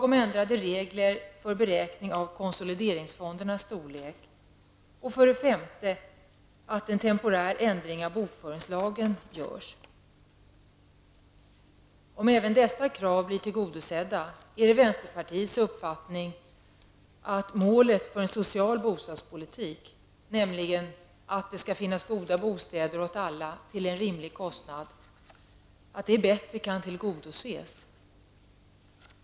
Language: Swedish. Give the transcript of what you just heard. Om även dessa krav blir tillgodosedda, är det vänsterpartiets uppfattning att målet för en social bostadspolitik, nämligen att det skall finnas goda bostäder åt alla till en rimlig kostnad, kan bättre tillgodoses.